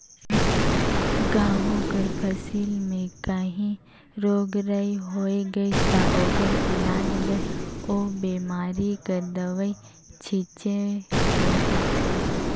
गहूँ कर फसिल में काहीं रोग राई होए गइस ता ओकर इलाज बर ओ बेमारी कर दवई छींचे ले परथे